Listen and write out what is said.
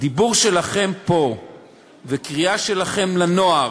דיבור שלכם פה וקריאה שלכם לנוער